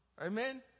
Amen